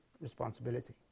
responsibility